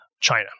China